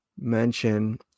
mention